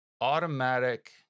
automatic